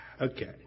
okay